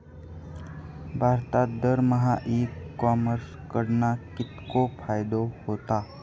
भारतात दरमहा e commerce कडणा कितको फायदो होता?